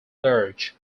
large